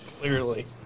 Clearly